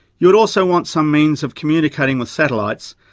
you would also want some means of communicating with satellites,